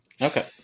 Okay